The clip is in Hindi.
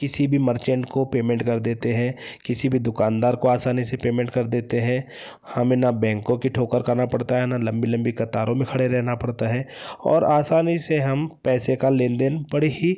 किसी भी मर्चेंट को पेमेंट कर देते हैं किसी भी दुकानदार को आसानी से पेमेंट कर देते हैं हमें न बैंकों की ठोकर खाना पड़ता है ना लम्बी लम्बी कतारों में खड़े रहना पड़ता है और आसानी से हम पैसे का लेन देन बड़ी ही